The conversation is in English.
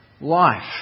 life